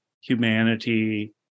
humanity